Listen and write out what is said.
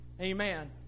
Amen